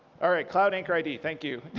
all right. cloud anchor id, thank you.